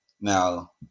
Now